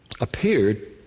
appeared